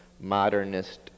modernist